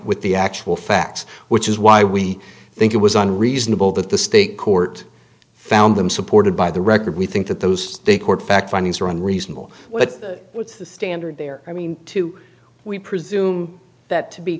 with the actual facts which is why we think it was unreasonable that the state court found them supported by the record we think that those state court fact findings are unreasonable what would the standard there i mean to we presume that to be